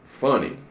funny